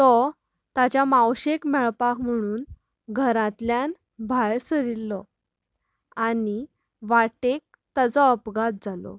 तो ताच्या मावशेक मेळपाक म्हुणून घरांतल्यान भायर सरिल्लो आनी वाटेक ताचो अपघात जालो